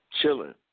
Chilling